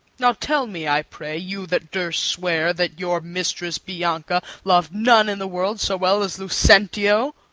now tell me, i pray, you that durst swear that your mistress bianca lov'd none in the world so well as lucentio.